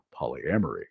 polyamory